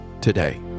Today